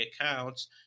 accounts